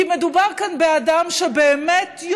כי מדובר כאן באדם שבאמת יודע,